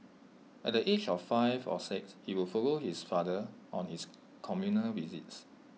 at the age of five or six he would follow his father on his community visits